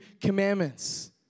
commandments